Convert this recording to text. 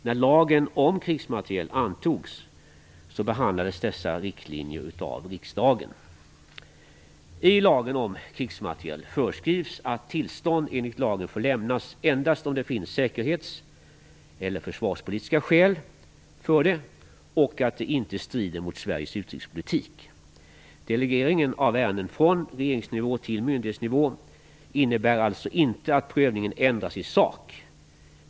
När lagen om krigsmateriel antogs behandlades dessa riktlinjer av riksdagen. I lagen om krigsmateriel föreskrivs att tillstånd enligt lagen får lämnas endast om det finns säkerhets eller försvarspolitiska skäl för detta och om det inte strider mot Sveriges utrikespolitik. Delegeringen av ärenden från regeringsnivå till myndighetsnivå innebär alltså inte att prövningen ändras i sak.